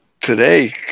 today